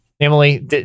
Emily